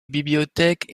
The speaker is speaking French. bibliothèques